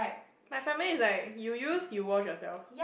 my family is like you use you wash yourself